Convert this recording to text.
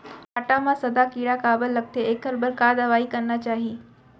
भांटा म सादा कीरा काबर लगथे एखर बर का दवई करना चाही?